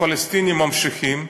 הפלסטינים ממשיכים.